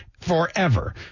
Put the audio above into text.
forever